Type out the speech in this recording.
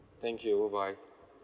thank you bye bye